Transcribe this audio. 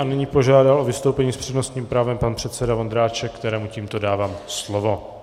A nyní požádal o vystoupení s přednostním právem pan předseda Vondráček, kterému tímto dávám slovo.